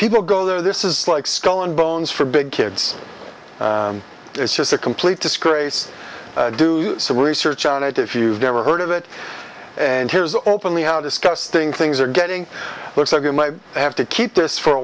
people go there this is like skull and bones for big kids it's just a complete disgrace do some research on it if you've never heard of it and here's openly how disgusting things are getting looks like you might have to keep this for a